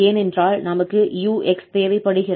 ஏனென்றால் நமக்குத் 𝑢𝑥 தேவைப்படுகிறது